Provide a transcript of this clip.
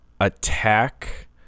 attack